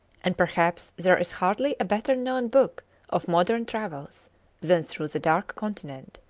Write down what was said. and perhaps there is hardly a better-known book of modern travels than through the dark continent,